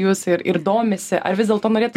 jus ir ir domisi ar vis dėlto norėtų